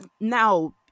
now